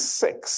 six